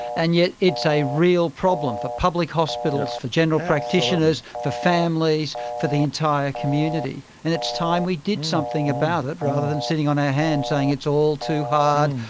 and yet it's a real problem for public hospitals, for general practitioners, for families, for the entire community, and it's time we did something about it rather than sitting on our hands saying it's all too hard,